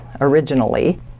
originally